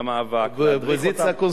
זאת אופוזיציה קונסטרוקטיבית.